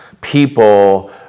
people